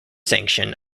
sanction